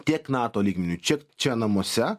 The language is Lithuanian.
tiek nato lygmeniu čiak čia namuose